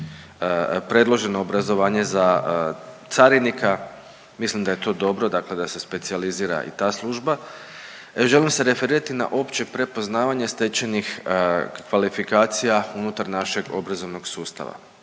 predloženo obrazovanje za carinika, mislim da je to dobro, dakle da se specijalizira i ta služba, želim se referirati na opće prepoznavanje stečenih kvalifikacija unutar našeg obrazovnog sustava.